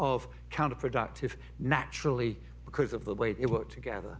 of counterproductive naturally because of the way it worked together